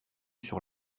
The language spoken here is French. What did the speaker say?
sur